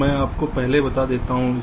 तो मैं आपको पहले बता देता हूं